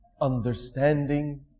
understanding